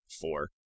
four